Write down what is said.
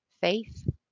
Faith